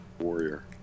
warrior